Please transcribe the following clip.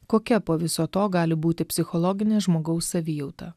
kokia po viso to gali būti psichologinė žmogaus savijauta